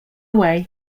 way